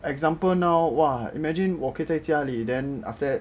example now !wah! imagine 我可以在家里 then after that